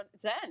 zen